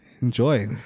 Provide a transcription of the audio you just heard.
enjoy